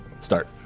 start